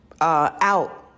out